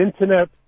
Internet